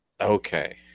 Okay